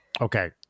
Okay